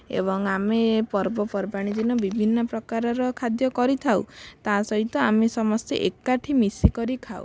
ଏବଂ ଆମେ ପର୍ବପର୍ବାଣି ଦିନ ବିଭିନ୍ନ ପ୍ରକାରର ଖାଦ୍ୟ କରିଥାଉ ତା'ସହିତ ଆମେ ସମସ୍ତେ ଏକାଠି ମିଶି କରି ଖାଉ